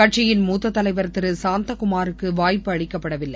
கட்சியின் மூத்தத் தலைவர் திரு சாந்தகுமாருக்கு வாய்ப்பு அளிக்கப்படவில்லை